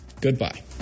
Goodbye